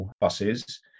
buses